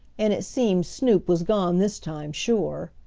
and it seemed snoop was gone this time sure.